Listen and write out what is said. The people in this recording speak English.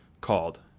called